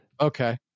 Okay